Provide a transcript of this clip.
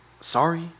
Sorry